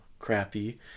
crappy